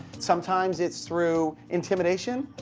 sometimes it's through intimidation,